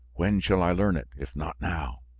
when shall i learn it, if not now?